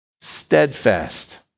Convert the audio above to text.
steadfast